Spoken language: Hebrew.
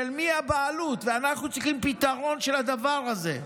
של מי הבעלות, ואנחנו צריכים פתרון של הדבר הזה.